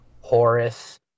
Horus